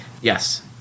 yes